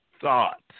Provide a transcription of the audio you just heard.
thought